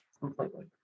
completely